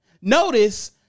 Notice